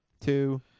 two